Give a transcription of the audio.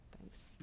Thanks